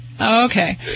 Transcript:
Okay